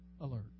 alert